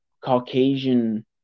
caucasian